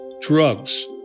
drugs